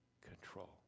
control